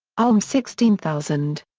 ulm sixteen thousand.